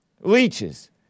Leeches